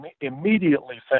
immediately